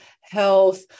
health